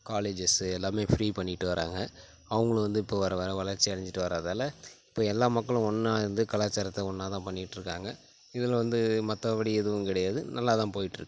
colleges எல்லாமே free பண்ணிகிட்டு வர்றாங்க அவங்களும் வந்து இப்போ வர வர வளர்ச்சி அடைஞ்சிகிட்டு வர்றாதால் இப்போ எல்லா மக்களும் ஒன்னாக இருந்து கலாச்சாரத்தை ஒன்னாகதான் பண்ணிட்டுருக்காங்க இதில் வந்து மற்றபடி எதுவும் கிடையாது நல்லா தான் போயிட்டுருக்கு